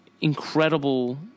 incredible